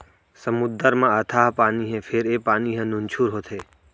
समुद्दर म अथाह पानी हे फेर ए पानी ह नुनझुर होथे